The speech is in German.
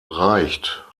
reicht